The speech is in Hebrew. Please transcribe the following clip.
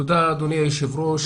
תודה, אדוני היושב-ראש.